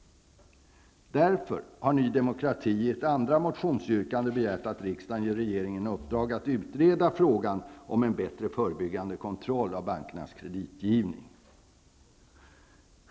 Därför har Ny Demokrati i ett andra motionsyrkande begärt att riksdagen ger regeringen i uppdrag att utreda frågan om en bättre förebyggande kontroll av bankernas kreditgivning.